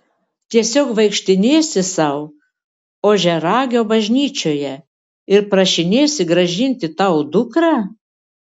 tiesiog vaikštinėsi sau ožiaragio bažnyčioje ir prašinėsi grąžinti tau dukrą